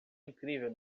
incrível